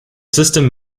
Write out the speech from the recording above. system